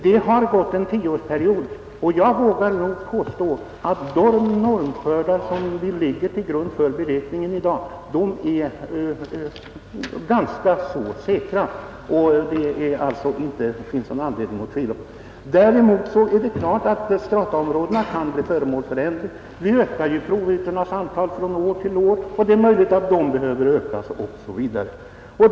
Det har gått en tioårsperiod, och jag vågar påstå att de mnormskördar som i dag ligger till grund för beräkningarna är ganska så säkra. Det finns ingen anledning att hysa tvivel på den punkten. Däremot är det klart att strataområdena kan bli föremål för ändring. Vi ökar ju provytornas antal från år till år, och det är möjligt att strataområdenas antal behöver ökas.